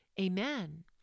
amen